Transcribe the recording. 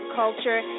culture